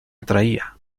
atraía